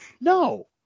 No